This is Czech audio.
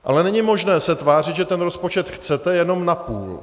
Ale není možné se tvářit, že ten rozpočet chcete jenom napůl.